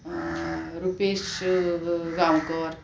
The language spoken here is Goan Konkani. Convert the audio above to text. रुपेश गांवकर